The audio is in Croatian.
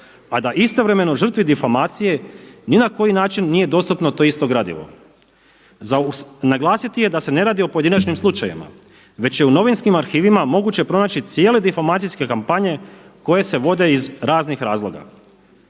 a da istovremeno žrtvi difamacije ni na koji način nije dostupno to isto gradivo. Za naglasiti je da se ne radi o pojedinačnim slučajevima, već je u novinskim arhivima moguće pronaći cijele difamacijske kampanje koje se vode iz raznih razloga.